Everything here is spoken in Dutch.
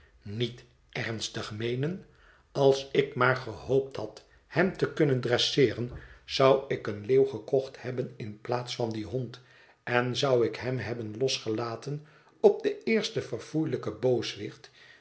niet ernstig meenen als ik maar gehoopt had hem te kunnen dresseeren zou ik een leeuw gekocht hebben in plaats van dien hond en zou ik hem hebben losgelaten op den eersten verfoeilijken booswicht